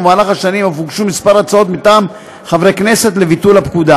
ובמהלך השנים אף הוגשו כמה הצעות מטעם חברי הכנסת לביטולה.